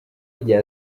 rye